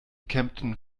kempten